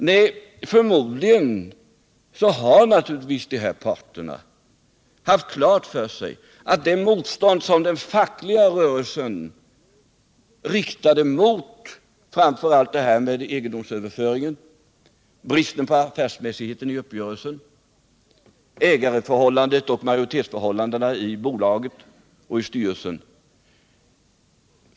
Nej, förmodligen har parterna haft klart för sig det motstånd som den fackliga rörelsen riktat mot framför allt egendomsöverföringen, bristen på affärsmässighet i uppgörelsen, ägarförhållandet i bolaget och majoritetsförhållandena i styrelsen.